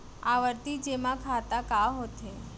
आवर्ती जेमा खाता का होथे?